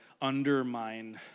undermine